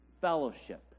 fellowship